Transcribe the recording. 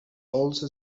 also